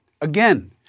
Again